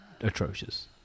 atrocious